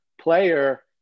player